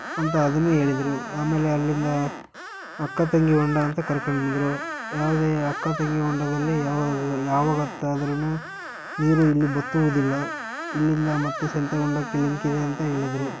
ಅಂತ ಅದನ್ನು ಹೇಳಿದ್ರು ಆಮೇಲೆ ಅಲ್ಲಿಂದ ಅಕ್ಕ ತಂಗಿ ಹೊಂಡ ಅಂತ ಕರ್ಕಂಡು ಬಂದರು ಯಾವುದೇ ಅಕ್ಕ ತಂಗಿ ಹೊಂಡದಲ್ಲಿ ಯಾವ ಯಾವತ್ತಾದ್ರುನೂ ನೀರು ಇಲ್ಲಿ ಬತ್ತುವುದಿಲ್ಲ ಇಲ್ಲಿಂದ ಮತ್ತೆ ಸಂತೆಹೊಂಡಕ್ಕೆ ಲಿಂಕ್ ಇದೆ ಅಂತ ಹೇಳಿದರು